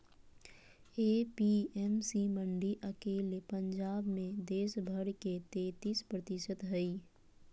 APMC मंडी अकेले पंजाब मे देश भर के तेतीस प्रतिशत हई